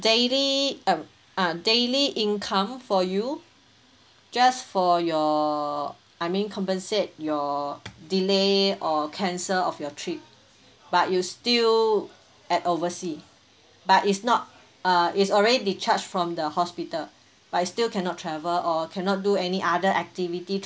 daily um uh daily income for you just for your I mean compensate your delay or cancel of your trip but you still at oversea but is not uh is already discharge from the hospital but you still cannot travel or cannot do any other activity